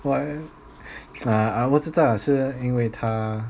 why ah 我知道是因为他